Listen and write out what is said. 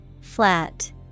Flat